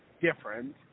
different